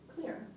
clear